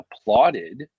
applauded